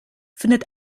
findet